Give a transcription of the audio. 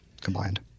combined